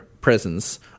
presence